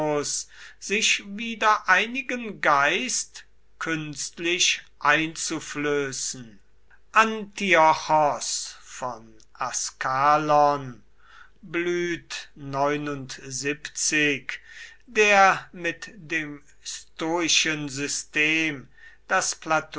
sich wieder einigen geist künstlich einzuflößen antiochos von askalon der mit dem stoischen system das